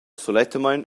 sulettamein